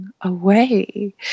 away